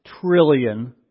trillion